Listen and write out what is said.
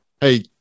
hey